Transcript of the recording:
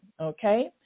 okay